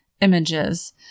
images